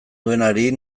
duenari